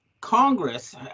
Congress